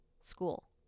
school